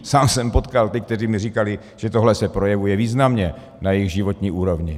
Sám jsem potkal ty, kteří mi říkali, že tohle se projevuje významně na jejich životní úrovni.